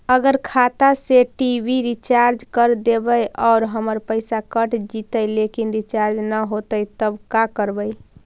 अगर खाता से टी.वी रिचार्ज कर देबै और हमर पैसा कट जितै लेकिन रिचार्ज न होतै तब का करबइ?